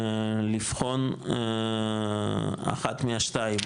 לבחון אחת מהשתיים,